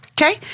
Okay